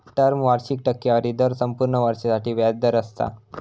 term वार्षिक टक्केवारी दर संपूर्ण वर्षासाठी व्याज दर असता